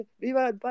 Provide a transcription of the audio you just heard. Viva